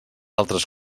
altres